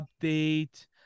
update